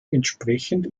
entsprechend